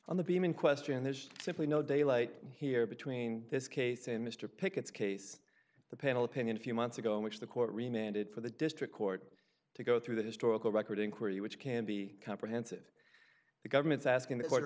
on the beam in question there's simply no daylight here between this case and mr pickett's case the panel opinion a few months ago in which the court remained it for the district court to go through the historical record inquiry which can be comprehensive the government's asking the court or